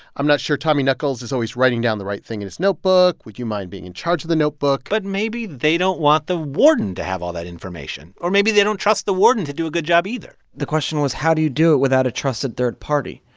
i'm not sure tommy knuckles is always writing down the right thing and in his notebook. would you mind being in charge of the notebook? but maybe they don't want the warden to have all that information. or maybe they don't trust the warden to do a good job, either the question was how do you do it without a trusted third party?